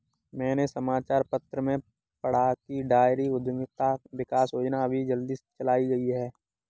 मैंने समाचार पत्र में पढ़ा की डेयरी उधमिता विकास योजना अभी जल्दी चलाई गई है